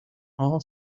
all